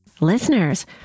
Listeners